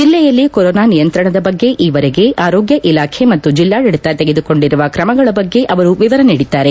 ಜಿಲ್ಲೆಯಲ್ಲಿ ಕೊರೊನಾ ನಿಯಂತ್ರಣದ ಬಗ್ಗೆ ಈ ವರೆಗೆ ಆರೋಗ್ನ ಇಲಾಖೆ ಮತ್ತು ಜಿಲ್ಲಾಡಳಿತ ತೆಗೆದುಕೊಂಡಿರುವ ಕ್ರಮಗಳ ಬಗ್ಗೆ ಅವರು ವಿವರ ನೀಡಿದ್ದಾರೆ